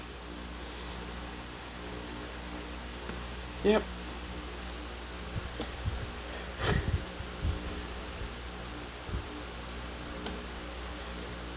yup